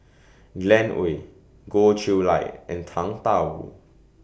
Glen Goei Goh Chiew Lye and Tang DA Wu